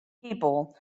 people